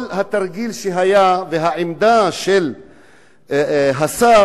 כל התרגיל שהיה והעמדה של השר,